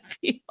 feel